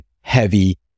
Heavy